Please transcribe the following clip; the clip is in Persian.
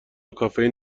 کافئین